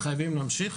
חייבים להמשיך.